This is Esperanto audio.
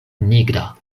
nigra